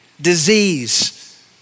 disease